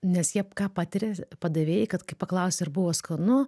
nes jie ką patiria padavėjai kad kai paklausia ar buvo skanu